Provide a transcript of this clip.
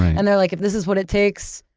and they're like, if this is what it takes,